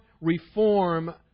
reform